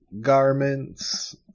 garments